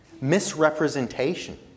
misrepresentation